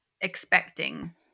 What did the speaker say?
expecting